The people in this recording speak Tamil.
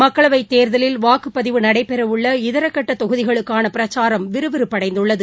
மக்களவைத் தேர்தலில் இதர கட்ட வாக்குப்பதிவு நடைபெறவுள்ள தொகுதிகளுக்கான பிரச்சாரம் விறுவிறுப்படைந்துள்ளது